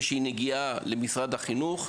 נגיעה למשרד החינוך,